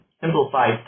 simplified